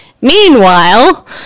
Meanwhile